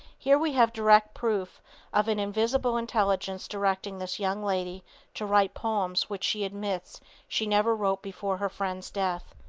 here we have direct proof of an invisible intelligence directing this young lady to write poems which she admits she never wrote before her friend's death.